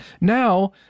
Now